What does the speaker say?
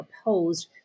opposed